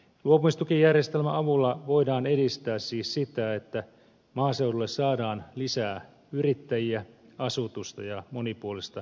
luopumistukijärjestelmän avulla voidaan edistää siis sitä että maaseudulle saadaan lisää yrittäjiä asutusta ja monipuolista elinkeinotoimintaa